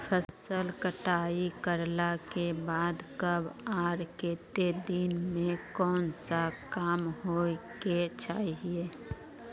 फसल कटाई करला के बाद कब आर केते दिन में कोन सा काम होय के चाहिए?